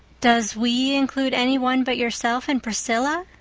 does we include any one but yourself and priscilla?